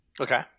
Okay